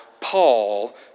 Paul